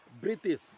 British